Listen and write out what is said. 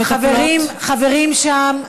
חברים שם.